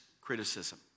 criticism